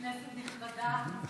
כנסת נכבדה.